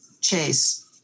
Chase